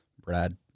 Brad